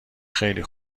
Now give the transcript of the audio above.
خیلی